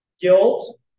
guilt